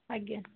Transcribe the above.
ଆଜ୍ଞା